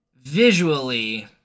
visually